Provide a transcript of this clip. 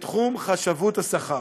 בתחום חשבות השכר.